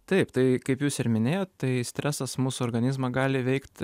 taip tai kaip jūs ir minėjot tai stresas mūsų organizmą gali veikt